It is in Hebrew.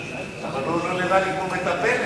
אבל הוא לא נראה לי כמו מטפלת.